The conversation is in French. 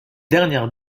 dernière